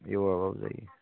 एवआबाबो जायो